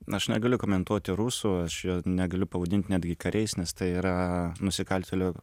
aš negaliu komentuoti rusų aš jų negaliu pavadint netgi kariais nes tai yra nusikaltėlių